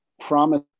promise